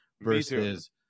versus